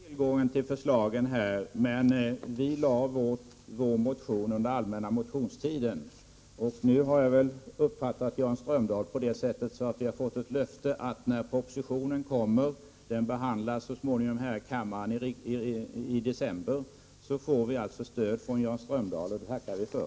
Fru talman! Också jag har tillgång till förslagen. Vi i centern väckte emellertid vår motion under allmänna motionstiden. Nu har jag uppfattat Jan Strömdanhl på ett sådant sätt att vi har fått ett löfte om att vi, när propositionen läggs fram i december, får stöd från Jan Strömdahl, och det tackar vi för.